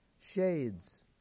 Shades